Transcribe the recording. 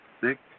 six